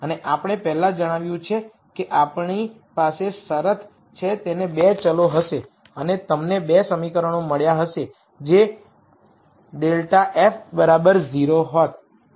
અને આપણે પહેલા જણાવ્યું છે કે આપણી પાસે શરત છે તેને 2 ચલો હશે અને તમને 2 સમીકરણો મળ્યા હશે જે ∇f 0 હોત